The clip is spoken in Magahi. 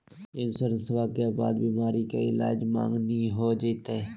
इंसोरेंसबा के बाद बीमारी के ईलाज मांगनी हो जयते?